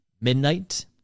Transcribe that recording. midnight